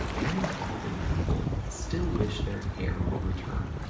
many balding people still wish their hair would return.